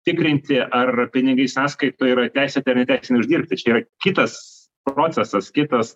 tikrinti ar pinigai sąskaitoje yra teisėtai ar neteisėtai uždirbti čia yra kitas procesas kitos